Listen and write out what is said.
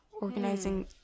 organizing